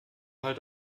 halt